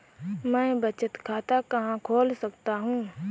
मैं बचत खाता कहाँ खोल सकता हूँ?